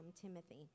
Timothy